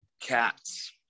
Cats